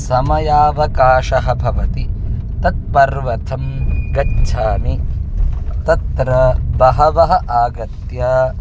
समयावकाशः भवति तत्पर्वतं गच्छामि तत्र बहवः आगत्य